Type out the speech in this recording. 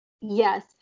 Yes